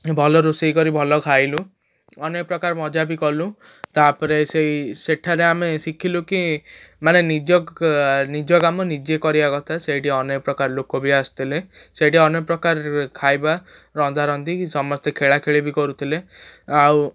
ଭଲ ରୋଷେଇ କରି ଭଲ ଖାଇଲୁ ଅନେକ ପ୍ରକାର ମଜା ବି କଲୁ ତା'ପରେ ସେଇ ସେଠାରେ ଆମେ ଶିଖିଲୁ କି ମାନେ ନିଜ ନିଜ କାମ ନିଜେ କରିବା କଥା ସେଇଠି ଅନେକ ପ୍ରକାର ଲୋକ ବି ଆସିଥିଲେ ସେଇଠି ଅନେକ ପ୍ରକାର ଖାଇବା ରନ୍ଧାରନ୍ଧି ସମସ୍ତେ ଖେଳାଖେଳି ବି କରୁଥିଲେ ଆଉ